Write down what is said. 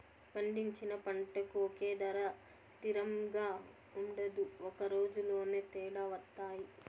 పండించిన పంటకు ఒకే ధర తిరంగా ఉండదు ఒక రోజులోనే తేడా వత్తాయి